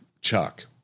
Chuck